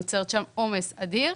ויוצרת שם עומס אדיר.